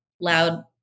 loud